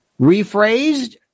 Rephrased